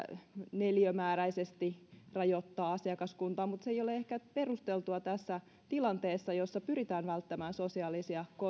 neliömääräisesti rajoittaa asiakaskuntaa mutta se ei ole ehkä perusteltua tässä tilanteessa jossa pyritään välttämään sosiaalisia